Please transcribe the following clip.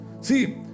See